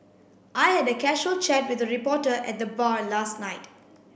I had a casual chat with the reporter at the bar last night